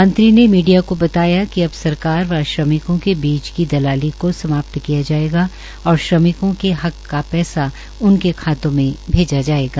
मंत्री ने मीडिया को बताया कि अब सरकार व श्रमिकों के बीच की दलाली को समाप्त किया जायेगा और श्रमिकों के हक का पैसा उनके खातों में भेजा जायेगा